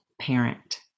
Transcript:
Parent